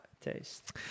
taste